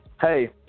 hey